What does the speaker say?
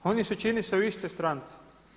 Oni su čini se u istoj stranci.